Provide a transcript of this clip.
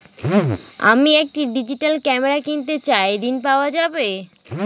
আমি একটি digital camera কিনতে চাই ঝণ পাওয়া যাবে?